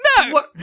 No